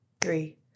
three